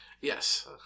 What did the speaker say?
Yes